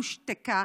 הושתקה,